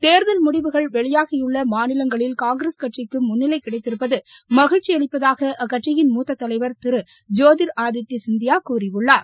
தேர்தல் முடிவுகள் வெளியாகியுள்ள மாநிலங்களில் காங்கிரஸ் கட்சிக்கு முன்னிலை கிடைத்திருப்பது மகிழ்ச்சியளிப்பதாக அக்கட்சியின் மூத்த தலைவர் திரு ஜோதிர் ஆதித்ய சிந்தியா கூறியுள்ளார்